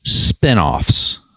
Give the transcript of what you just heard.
spinoffs